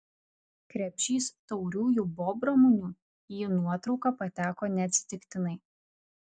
krepšys tauriųjų bobramunių į nuotrauką pateko neatsitiktinai